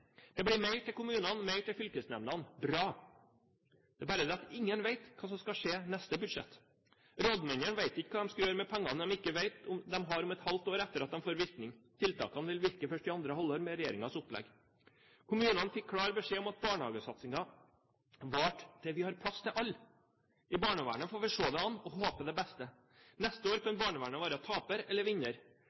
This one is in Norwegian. Det blir mer til kommunene og mer til fylkesnemndene. Bra! Det er bare det at ingen vet hva som skal skje neste budsjett. Rådmennene vet ikke hva de skal gjøre med penger de ikke vet om de har om et halvt år etter at de får virkning. Tiltakene vil virke først i annet halvår med Regjeringens opplegg. Kommunene fikk klar beskjed om at barnehagesatsingen varte til vi har plass til alle. I barnevernet får vi se det an og håpe det beste. Neste år kan barnevernet være taper eller vinner.